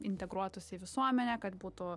integruotųsi į visuomenę kad būtų